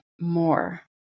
more